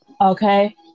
okay